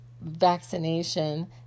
vaccination